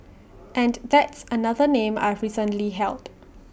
and that's another name I've recently held